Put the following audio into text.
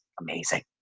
amazing